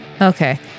okay